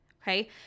Okay